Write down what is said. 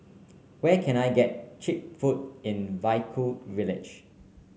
where can I get cheap food in Vaiaku village